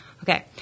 Okay